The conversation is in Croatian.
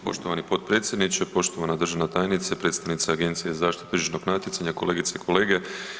Poštovani potpredsjedniče, poštovana državna tajnice, predstavnice Agencije za zaštitu tržišnog natjecanja, kolegice i kolege.